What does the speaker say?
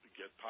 get